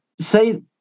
Say